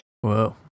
Whoa